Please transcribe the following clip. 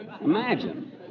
Imagine